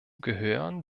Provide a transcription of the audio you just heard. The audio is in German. gehören